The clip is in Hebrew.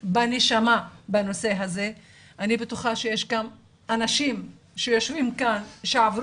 בנשמה בנושא הזה ואני בטוחה שיש גם אנשים שיושבים כאן שהם עצמם